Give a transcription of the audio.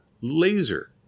laser